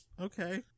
okay